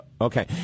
Okay